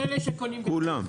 כל אלה שקונים בחו"ל.